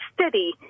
steady